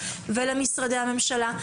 למשרדי הממשלה,